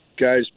guys